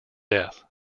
death